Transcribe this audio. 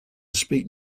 speak